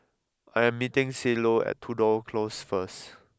I am meeting Cielo at Tudor Close first